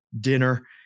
dinner